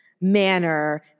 manner